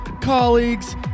colleagues